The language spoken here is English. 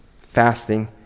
fasting